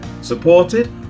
supported